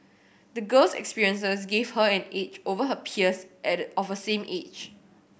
the girl's experiences gave her an edge over her peers and of the same age